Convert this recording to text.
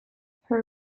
her